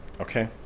Okay